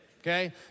okay